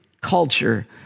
culture